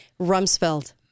Rumsfeld